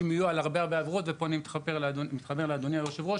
פה אני אתחבר לאדוני היושב-ראש.